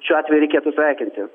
šiuo atveju reikėtų sveikinti